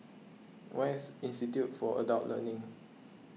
where is Institute for Adult Learning